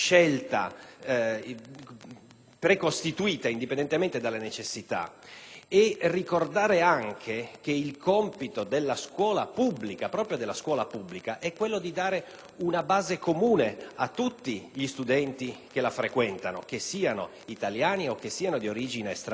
precostituita, indipendentemente dalle necessità. Occorre ricordare anche che compito proprio della scuola pubblica è quello di dare una base comune a tutti gli studenti che la frequentano, che siano italiani o di origine straniera.